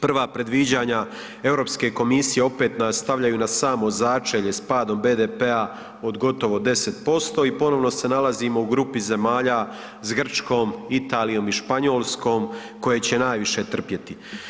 Prva predviđanja Europske komisije opet nas stavljaju na samo začelje s padom BDP-a od gotovo 10% i ponovo se nalazimo u grupi zemalja s Grčkom, Italijom i Španjolskom koje će najviše trpjeti.